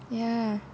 ya